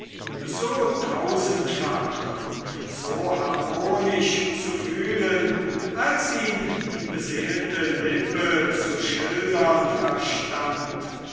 so tausendfach und so harmonisch zu fühlen als ihn die beseelte lippe zu schildern verstand